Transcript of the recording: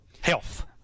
Health